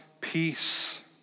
peace